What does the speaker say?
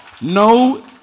No